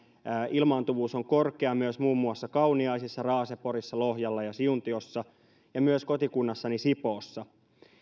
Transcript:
ilmaantuvuus on korkea myös muun muassa kauniaisissa raaseporissa lohjalla ja siuntiossa ja myös kotikunnassani sipoossa